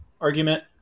argument